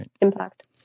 impact